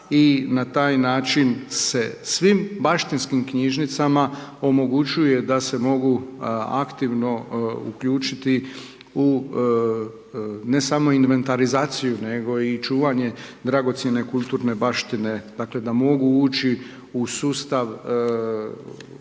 i na taj način se svim baštinskim knjižnicama omogućuje da se mogu aktivno uključiti u ne samo inventarizaciju nego i čuvanje dragocjene kulturne baštine dakle da mogu ući u sustav